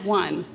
one